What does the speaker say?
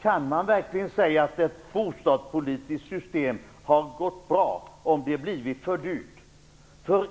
Kan man verkligen säga att ett bostadspolitiskt system har gått bra om det har blivit för dyrt?